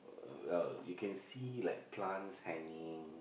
uh oh you can see like plants hanging